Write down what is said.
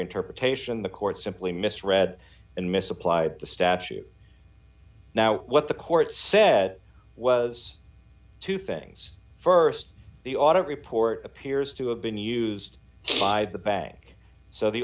interpretation the court simply misread and misapplied the statute now what the court said was two things st the audit report appears to have been used by the bank so the